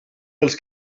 dels